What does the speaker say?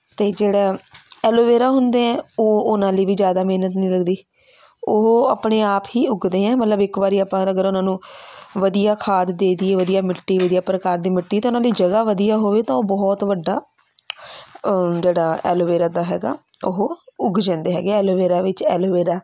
ਅਤੇ ਜਿਹੜਾ ਐਲੋਵੇਰਾ ਹੁੰਦੇ ਹੈ ਉਹ ਉਹਨਾਂ ਲਈ ਵੀ ਜ਼ਿਆਦਾ ਮਿਹਨਤ ਨਹੀਂ ਲੱਗਦੀ ਉਹ ਆਪਣੇ ਆਪ ਹੀ ਉੱਗਦੇ ਆ ਮਤਲਬ ਇੱਕ ਵਾਰੀ ਆਪਾਂ ਅਗਰ ਉਹਨਾਂ ਨੂੰ ਵਧੀਆ ਖਾਦ ਦੇ ਦੇਈਏ ਵਧੀਆ ਮਿੱਟੀ ਵਧੀਆ ਪ੍ਰਕਾਰ ਦੀ ਮਿੱਟੀ ਤਾਂ ਉਹਨਾਂ ਦੀ ਜਗ੍ਹਾ ਵਧੀਆ ਹੋਵੇ ਤਾਂ ਉਹ ਬਹੁਤ ਵੱਡਾ ਜਿਹੜਾ ਐਲੋਵੇਰਾ ਦਾ ਹੈਗਾ ਉਹ ਉੱਗ ਜਾਂਦੇ ਹੈਗੇ ਐਲੋਵੇਰਾ ਵਿੱਚ ਐਲੋਵੇਰਾ